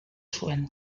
zuen